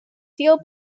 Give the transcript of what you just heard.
seal